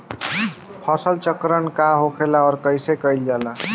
फसल चक्रण का होखेला और कईसे कईल जाला?